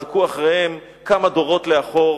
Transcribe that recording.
בדקו אחריהם כמה דורות לאחור,